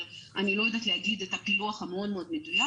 אבל אני לא יודעת להגיד את הפילוח המאוד מדויק.